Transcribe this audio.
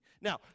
Now